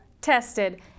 tested